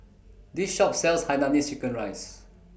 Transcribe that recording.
This Shop sells Hainanese Chicken Rice